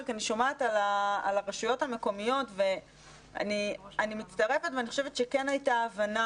אני שומעת על הרשויות המקומיות ואני מצטרפת ואני חושבת שכן הייתה הבנה